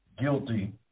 guilty